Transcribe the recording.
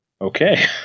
Okay